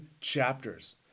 chapters